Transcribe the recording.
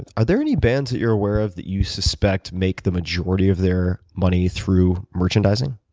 are there any bands that you're aware of that you suspect make the majority of their money through merchandising?